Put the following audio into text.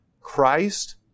Christ